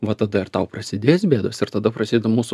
va tada ir tau prasidės bėdos ir tada prasideda mūsų